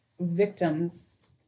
victims